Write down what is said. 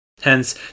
Hence